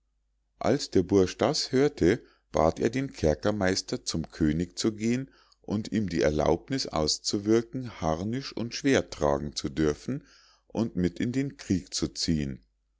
als der bursch das hörte bat er den kerkermeister zum könig zu gehen und ihm die erlaubniß auszuwirken harnisch und schwert tragen zu dürfen und mit in den krieg zu ziehen